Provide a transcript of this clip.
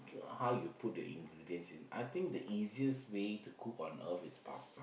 how you put your ingredients I think the easiest way to cook on earth is pasta